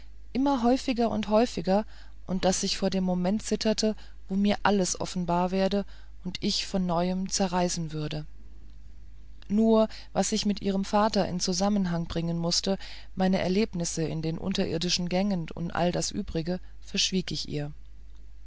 immer häufiger und häufiger und daß ich vor dem moment zitterte wo mir alles offenbar werden und mich von neuem zerreißen würde nur was ich mit ihrem vater in zusammenhang bringen mußte meine erlebnisse in den unterirdischen gängen und all das übrige verschwieg ich ihr